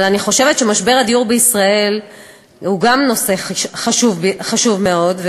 אבל אני חושבת שמשבר הדיור בישראל הוא נושא חשוב מאוד,